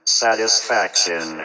satisfaction